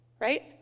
right